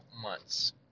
months